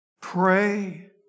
pray